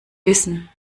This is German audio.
wissen